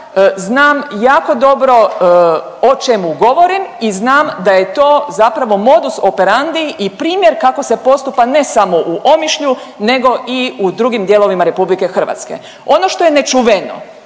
Znam jako dobro o čemu govorim i znam da je to zapravo modus operandi i primjer kako se postupa ne samo u Omišlju nego i u drugim dijelovima RH. Ono što je nečuveno